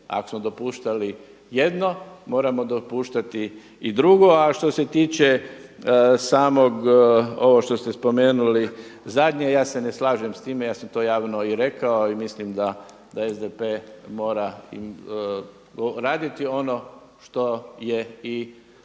Ako smo dopuštali jedno, moramo dopuštati i drugo. A što se tiče samog ovo što ste spomenuli zadnje ja se ne slažem s time, ja sam to javno i rekao i mislim da SDP mora i raditi ono što je i